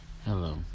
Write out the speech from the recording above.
Hello